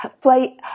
play